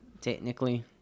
Technically